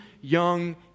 young